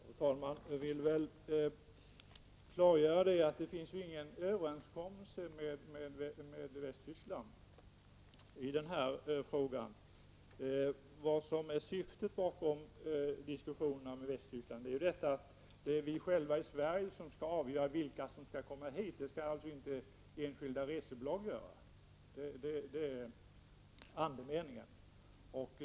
Fru talman! Jag vill klargöra att det inte finns någon överenskommelse med Västtyskland i den här frågan. Syftet bakom diskussionerna med Västtyskland är att vi själva i Sverige skall avgöra vilka som skall komma hit. Det skall alltså inte enskilda resebolag göra. Det är andemeningen.